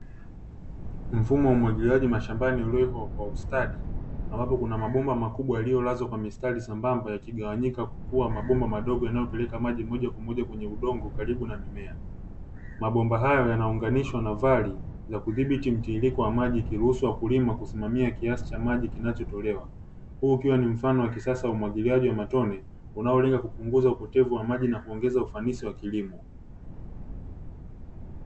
Mfumo wa umwagiliaji mashambani, uliowekwa kwa ustadi, ambapo kuna mabomba makubwa yaliyolazwa kwa mistari sambamba, yakigawanyika kuwa mabomba madogo yanayopeleka maji moja kwa moja kwenye udongo karibu na mimea. Mabomba hayo yanaunganishwa na vali ya kudhibiti mtiririko wa maji, ikiruhusu wakulima kusimamia kiasi cha maji kinachotolewa. Huu ukiwa ni mfano wa kisasa wa umwagiliaji wa matone unaolenga kupunguza upotevu wa maji na kuongeza ufanisi wa kilimo.